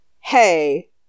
hey